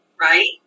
right